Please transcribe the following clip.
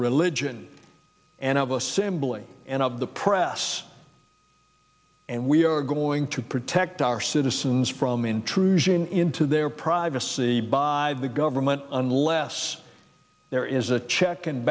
religion and of assembling and of the press and we are going to protect our citizens from intrusion into their privacy by the government unless there is a check and